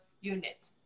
unit